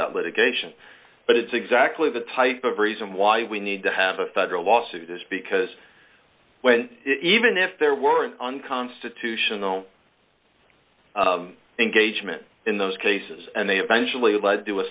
that litigation but it's exactly the type of reason why we need to have a federal lawsuit because when even if there weren't unconstitutional engagement in those cases and they eventually lead to a